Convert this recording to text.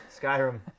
Skyrim